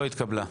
לא התקבלה.